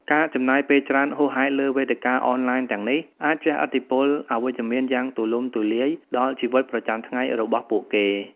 ការចំណាយពេលច្រើនហួសហេតុលើវេទិកាអនឡាញទាំងនេះអាចជះឥទ្ធិពលអវិជ្ជមានយ៉ាងទូលំទូលាយដល់ជីវិតប្រចាំថ្ងៃរបស់ពួកគេ។